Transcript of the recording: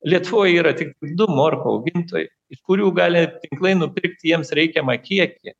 lietuvoj yra tik du morkų augintojai iš kurių gali tinklai nupirkti jiems reikiamą kiekį